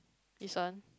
this one